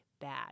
bad